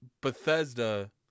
Bethesda